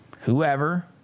whoever